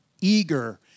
eager